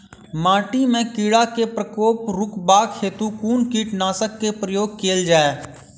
माटि मे कीड़ा केँ प्रकोप रुकबाक हेतु कुन कीटनासक केँ प्रयोग कैल जाय?